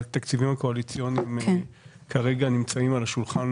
התקציבים הקואליציוניים כרגע נמצאים על השולחן